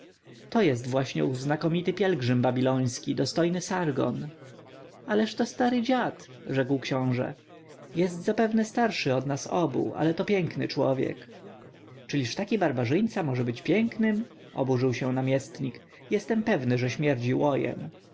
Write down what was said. to jest właśnie ów znakomity pielgrzym babiloński dostojny sargon ależ to stary dziad rzekł książę jest zapewne starszy od nas obu ale to piękny człowiek czyliż taki barbarzyńca może być pięknym oburzył się namiestnik jestem pewny że śmierdzi łojem